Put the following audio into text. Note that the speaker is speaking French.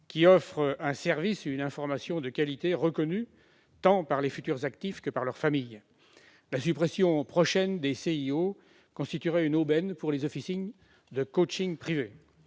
qui offrent un service et une information de qualité reconnus tant par les futurs actifs que par leur famille. Leur suppression prochaine constituerait une aubaine pour les officines de scolaire privées.